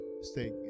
stay